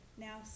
Now